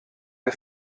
der